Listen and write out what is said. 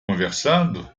conversando